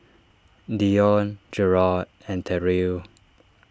Dione Jerrod and Terrill